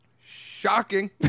shocking